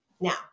Now